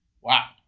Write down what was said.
Wow